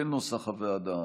כנוסח הוועדה.